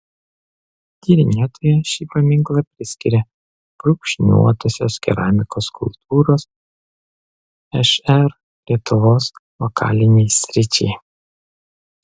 tyrinėtoja šį paminklą priskiria brūkšniuotosios keramikos kultūros šr lietuvos lokalinei sričiai